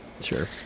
sure